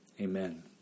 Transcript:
Amen